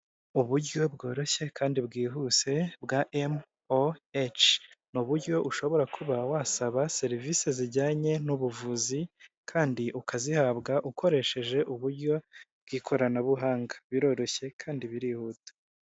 Uburyo bworoshye kandi bwihuse bwa MOH, ni uburyo ushobora kuba wasaba serivisi zijyanye n'ubuvuzi kandi ukazihabwa, ukoresheje uburyo bw'ikoranabuhanga, biroroshye kandi birihuta.